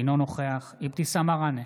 אינו נוכח אבתיסאם מראענה,